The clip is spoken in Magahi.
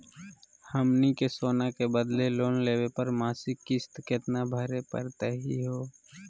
हमनी के सोना के बदले लोन लेवे पर मासिक किस्त केतना भरै परतही हे?